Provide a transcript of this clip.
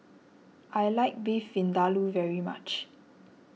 I like Beef Vindaloo very much